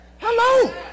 Hello